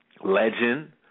Legend